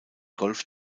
golf